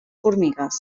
formigues